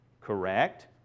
correct